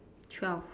twelve